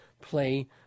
play